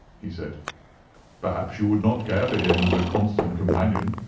he said perhaps you would not care for him as a constant companion.